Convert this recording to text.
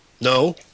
No